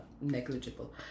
negligible